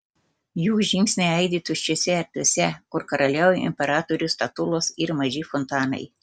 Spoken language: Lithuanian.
jų žingsniai aidi tuščiose erdvėse kur karaliauja imperatorių statulos ir maži fontanai